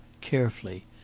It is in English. carefully